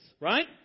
right